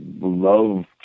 love